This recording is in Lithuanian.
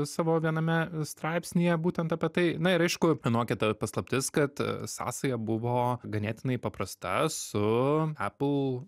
savo viename straipsnyje būtent apie tai na ir aišku anokia ta paslaptis kad sąsaja buvo ganėtinai paprasta su apple